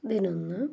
പതിനൊന്ന്